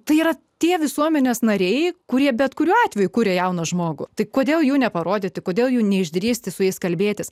tai yra tie visuomenės nariai kurie bet kuriuo atveju kuria jauną žmogų tai kodėl jų neparodyti kodėl jų neišdrįsti su jais kalbėtis